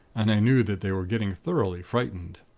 and i knew that they were getting thoroughly frightened.